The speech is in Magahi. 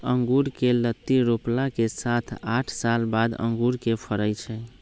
अँगुर कें लत्ति रोपला के सात आठ साल बाद अंगुर के फरइ छइ